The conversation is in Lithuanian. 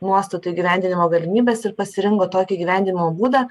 nuostatų įgyvendinimo galimybes ir pasirinko tokį gyvenimo būdą